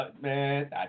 Man